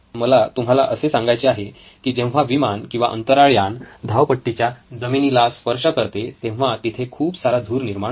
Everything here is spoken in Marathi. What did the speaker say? मला तुम्हाला असे सांगायचे आहे की जेव्हा विमान किंवा अंतराळ यान धावपट्टीच्या जमिनीला स्पर्श करते तेव्हा तिथे खूप सारा धूर निर्माण होतो